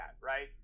right